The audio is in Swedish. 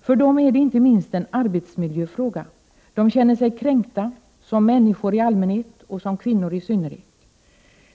För medlemmarna är detta inte minst en arbetsmiljöfråga. De känner sig kränkta, som människor i allmänhet och som kvinnor i synnerhet.